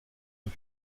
eux